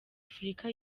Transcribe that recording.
afurika